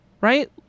Right